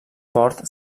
port